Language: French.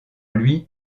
lui